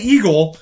Eagle